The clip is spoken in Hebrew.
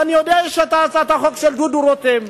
ואני יודע שיש הצעת חוק של דודו רותם,